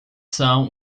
são